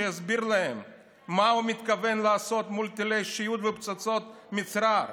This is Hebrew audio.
שיסביר להם מה הוא מתכוון לעשות מול טילי שיוט ופצצות מצרר.